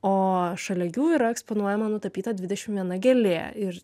o šalia jų yra eksponuojama nutapyta dvidešimt viena gėlė ir